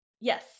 Yes